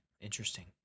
Interesting